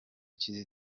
چیز